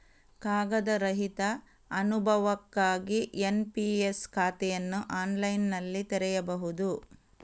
ಕಾಗದ ರಹಿತ ಅನುಭವಕ್ಕಾಗಿ ಎನ್.ಪಿ.ಎಸ್ ಖಾತೆಯನ್ನು ಆನ್ಲೈನಿನಲ್ಲಿ ತೆರೆಯಬಹುದು